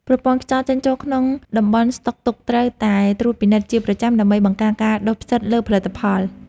ប្រព័ន្ធខ្យល់ចេញចូលក្នុងតំបន់ស្តុកទុកត្រូវតែត្រួតពិនិត្យជាប្រចាំ ដើម្បីបង្ការការដុះផ្សិតលើផលិតផល។